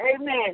amen